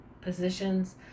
positions